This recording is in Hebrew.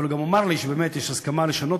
אבל הוא גם אמר לי שבאמת יש הסכמה לשנות